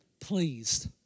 pleased